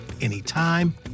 anytime